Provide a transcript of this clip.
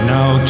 Now